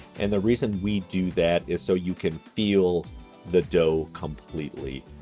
and the reason we do that is so you can feel the dough completely.